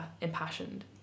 impassioned